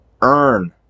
earn